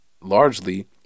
largely